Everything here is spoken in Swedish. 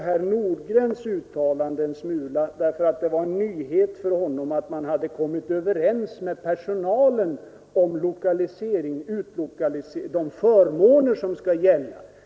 Herr Nordgrens uttalande förvånade mig också en smula. Det var en nyhet för honom att man hade kommit överens med personalen om de förmåner som skall gälla.